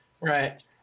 Right